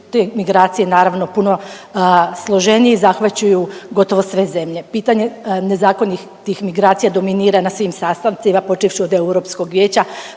te migracije, naravno, puno složeniji i zahvaćaju gotovo sve zemlje. Pitanje nezakonitih migracija dominira na svim sastancima, počevši od EU vijeća